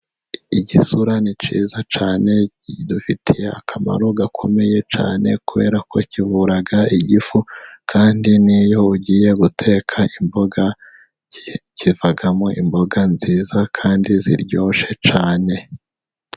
Igisura ni cyiza cyane, kidufitiye akamaro gakomeye cyane, kubera ko kivuraga igifu, kandi n'iyo ugiye guteka imboga, kivamo imboga nziza kandi ziryoshye cyane.